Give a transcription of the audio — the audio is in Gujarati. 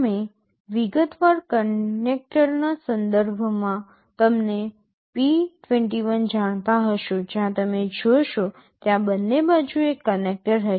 તમે વિગતવાર કનેક્ટરના સંદર્ભમાં તમને p21 જાણતા હશો જ્યાં તમે જોશો ત્યાં બંને બાજુ એક કનેક્ટર હશે